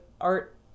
art